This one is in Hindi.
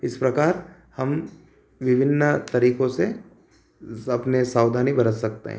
इस प्रकार हम विभिन्न तरीकों से अपनी सावधानी बरत सकते हैं